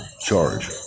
charge